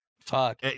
Fuck